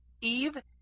Eve